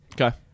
Okay